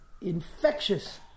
infectious